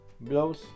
blows